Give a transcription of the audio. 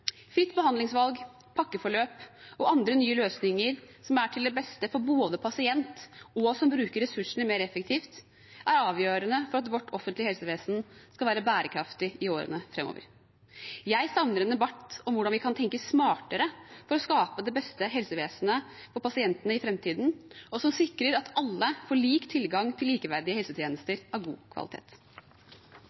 Fritt behandlingsvalg, pakkeforløp og andre nye løsninger som både er til beste for pasientene og bruker ressursene mer effektivt, er avgjørende for at vårt offentlige helsevesen skal være bærekraftig i årene framover. Jeg savner en debatt om hvordan vi kan tenke smartere for å skape det beste helsevesenet for pasientene i framtiden, og som sikrer at alle får lik tilgang til likeverdige helsetjenester av god kvalitet.